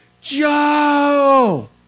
Joe